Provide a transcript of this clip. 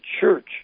Church